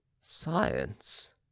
Science